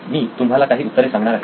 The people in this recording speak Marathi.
मी तुम्हाला काही उत्तरे सांगणार आहे